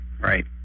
Right